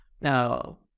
now